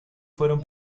fueron